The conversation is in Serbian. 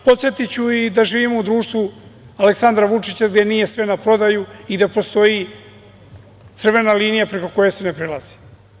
Podsetiću i da živimo u društvu Aleksandra Vučića gde nije sve na prodaju i da postoji crvena linija preko koje se ne prelazi.